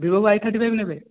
Vivo Y thirty five ନେବେ